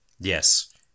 Yes